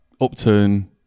upturn